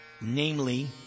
Namely